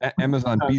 Amazon